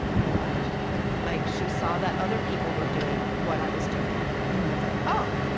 and like she saw that other people were doing what i was doing and was like, oh,